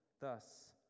Thus